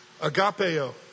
Agapeo